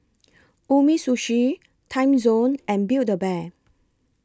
Umisushi Timezone and Build A Bear